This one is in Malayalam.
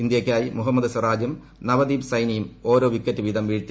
ഇന്ത്യക്കായി മുഹമ്മദ് സിറാജും നവദീപ് സൈനിയും ഓരോപ്പിക്കറ്റ് വീതം വീഴ്ത്തി